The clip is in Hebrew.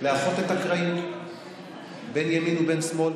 לאחות את הקרעים בין ימין לבין שמאל.